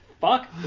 fuck